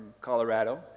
Colorado